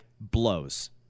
blows